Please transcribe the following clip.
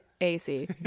AC